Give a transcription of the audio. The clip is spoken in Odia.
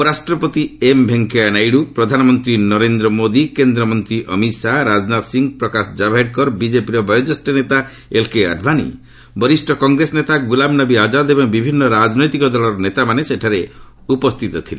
ଉପରାଷ୍ଟ୍ରପତି ଏମ୍ ଭେଙ୍କୟା ନାଇଡୁ ପ୍ରଧାନମନ୍ତ୍ରୀ ନରେନ୍ଦ୍ର ମୋଦୀ କେନ୍ଦ୍ରମନ୍ତ୍ରୀ ଅମିତ ଶାହା ରାଜନାଥ ସିଂହ ପ୍ରକାଶ ଜାଭଡେକର ବିଜେପିର ବୟଜ୍ୟୋଷ୍ଠ ନେତା ଏଲ୍କେ ଆଡଭାନୀ ବରିଷ୍ଠ କଂଗ୍ରେସ ନେତା ଗ୍ରଲାମନବୀ ଆଜାଦ ଏବଂ ବିଭିନ୍ନ ରାଜନୈତିକ ଦଳର ନେତାମାନେ ସେଠାରେ ଉପସ୍ଥିତ ଥିଲେ